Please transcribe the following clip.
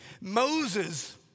Moses